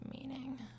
meaning